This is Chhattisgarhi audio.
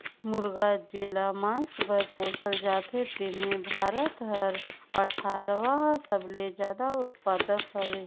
मुरगा जेला मांस बर पोसल जाथे तेम्हे भारत हर अठारहवां सबले जादा उत्पादक हवे